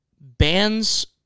bands